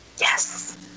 yes